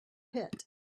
pit